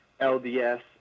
LDS